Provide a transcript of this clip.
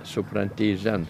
supranti zen